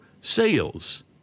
sales